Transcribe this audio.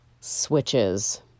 switches